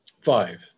Five